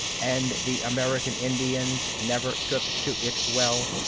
and the american indians never took to it well.